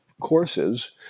courses